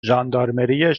ژاندارمری